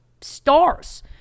stars